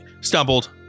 Stumbled